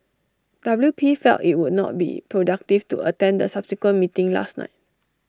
W P felt IT would not be productive to attend the subsequent meeting last night